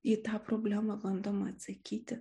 į tą problemą bandoma atsakyti